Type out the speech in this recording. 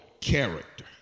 character